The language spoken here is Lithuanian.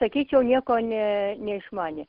sakyčiau nieko ne neišmanė